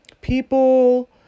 people